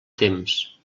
temps